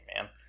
man